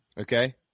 okay